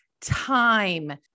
time